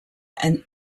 and